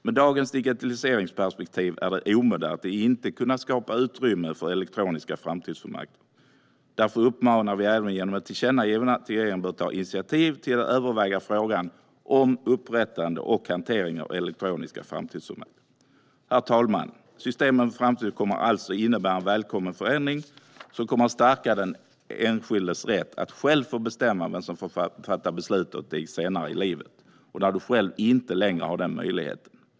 Med dagens digitaliseringsperspektiv är det omodernt att inte kunna skapa utrymme för elektroniska framtidsfullmakter. Därför uppmanar vi regeringen genom ett tillkännagivande att ta initiativ till att överväga frågan om upprättande och hantering av elektroniska framtidsfullmakter. Herr talman! Systemet med framtidsfullmakter innebär alltså en välkommen förändring som kommer att stärka den enskildes rätt att själv få bestämma vem som får fatta beslut åt en senare i livet och när man själv inte längre har den möjligheten.